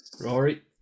Rory